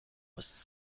was